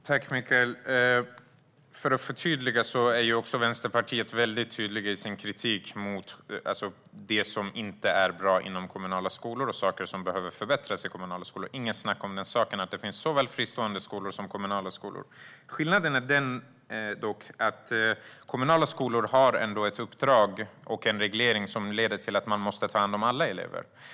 Herr talman! Tack, Michael! För att förtydliga vill jag säga att vi i Vänsterpartiet är tydliga i vår kritik mot det som inte är bra i kommunala skolor och ser att det finns saker som behöver förbättras. Det är inget snack om saken - det gäller såväl fristående som kommunala skolor. Skillnaden är dock den att kommunala skolor har ett uppdrag och en reglering som leder till att man måste ta hand om alla elever.